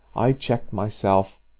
i checked myself,